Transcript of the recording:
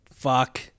Fuck